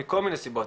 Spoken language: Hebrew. מכל מיני סיבות,